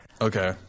Okay